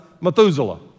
Methuselah